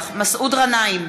מסעוד גנאים,